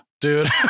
dude